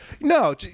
No